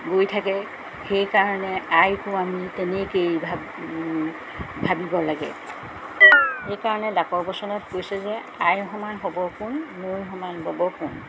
গৈ থাকে সেইকাৰণে আইকো আমি তেনেকেই ভাবিব লাগে সেইকাৰণে ডাকৰ বচনত কৈছে যে আই সমান হ'ব কোন নৈ সমান ব'ব কোন